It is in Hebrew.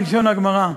כלשון הגמרא,